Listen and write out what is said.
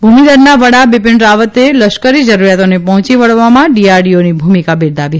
ભૂમિદળના વડા બિપિન રાવતે લશ્કરી જરૂરિયાતોને પહોંચી વળવામાં ડીઆરડીઓની ભૂમિકા બિરદાવી